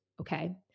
Okay